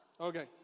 Okay